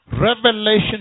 Revelation